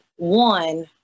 One